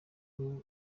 wari